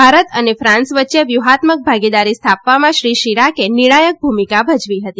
ભારત અને ફાન્સ વચ્યે વ્યુહાત્મક ભાગીદારી સ્થાપવામાં શ્રી શીરાકે નિર્ણાયક ભૂમિકા ભજવી હતી